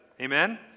Amen